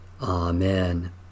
Amen